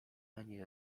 ani